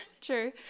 True